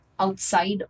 outside